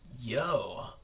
Yo